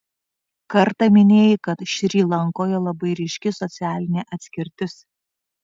kartą minėjai kad šri lankoje labai ryški socialinė atskirtis